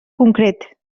concret